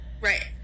Right